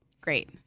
great